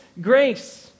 grace